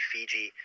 Fiji